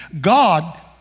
God